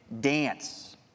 dance